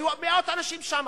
היו מאות אנשים שם.